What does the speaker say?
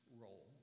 role